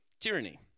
tyranny